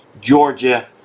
Georgia